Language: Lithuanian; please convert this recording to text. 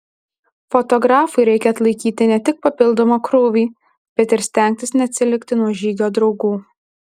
fotografui reikia atlaikyti ne tik papildomą krūvį bet ir stengtis neatsilikti nuo žygio draugų